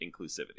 inclusivity